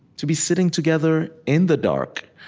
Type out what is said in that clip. to be sitting together in the dark